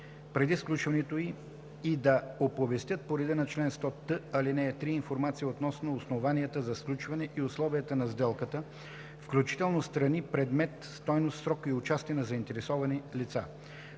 преди сключването й, и да оповестят по реда на чл. 100т, ал. 3 информация относно основанията за сключване и условията на сделката, включително страни, предмет, стойност, срок и участие на заинтересовани лица.